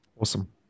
Awesome